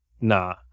nah